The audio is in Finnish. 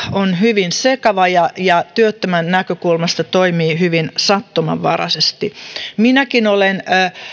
on hyvin sekava ja ja työttömän näkökulmasta toimii hyvin sattumanvaraisesti minäkin olen